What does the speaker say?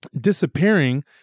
disappearing